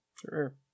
Sure